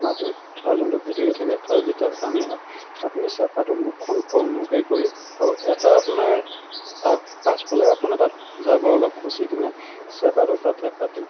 মাটি পথাৰৰ যোনটো ভেঁটি থাকে তাত যেতিয়া পানী হয় আপুনি চেপাটো মুখখন তলমূৰকৈ কৰি আৰু এটা আপোনাৰ তাত পাছফালে আপোনাৰ তাত জাবৰ অলপ খুচি কিনে চেপাটো তাতে পাতি